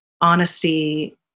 honesty